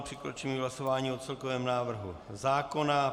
Přikročíme k hlasování o celkovém návrhu zákona.